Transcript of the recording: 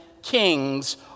kings